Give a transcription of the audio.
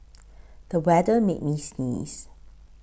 the weather made me sneeze